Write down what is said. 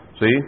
see